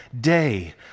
day